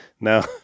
No